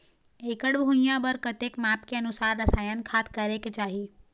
एकड़ भुइयां बार कतेक माप के अनुसार रसायन खाद करें के चाही?